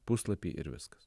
puslapį ir viskas